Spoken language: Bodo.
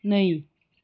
नै